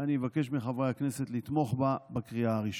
ואני מבקש מחברי הכנסת לתמוך בה בקריאה הראשונה.